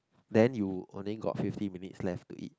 then you only got fifteen minutes left to eat